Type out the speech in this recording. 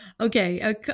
Okay